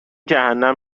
جهنم